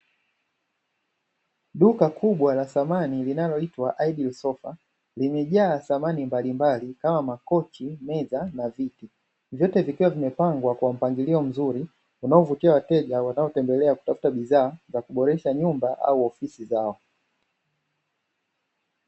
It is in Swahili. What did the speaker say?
Duka kubwa la samani linaloitwa "Ideal sofa", limejaa samani mbalimbali kama makochi, meza na viti. Vyote vikiwa vimepangwa kwa mpangilio mzuri unaovutia wateja wanaopendela kutafuta bidhaa za kuboresha nyumba au ofisi zao.